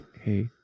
hey